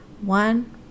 One